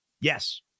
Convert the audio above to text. Yes